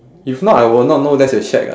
if not I will not know that's a shack [what]